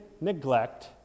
neglect